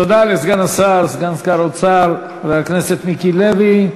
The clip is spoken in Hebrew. תודה לסגן השר, סגן שר האוצר, חבר הכנסת מיקי לוי.